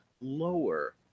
lower